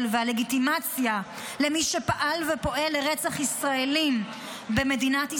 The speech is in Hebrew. והלגיטימציה למי שפעל ופועל לרצח ישראלים במדינת ישראל,